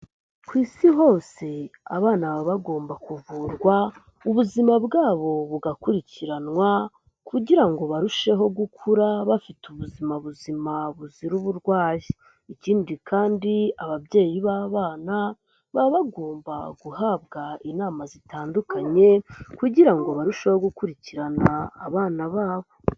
Ku Isi hose abana baba bagomba kuvurwa, ubuzima bwabo bugakurikiranwa kugira ngo barusheho gukura bafite ubuzima buzima buzira uburwayi, ikindi kandi ababyeyi b'abana baba bagomba guhabwa inama zitandukanye kugira ngo barusheho gukurikirana abana babo.